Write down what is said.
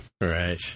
Right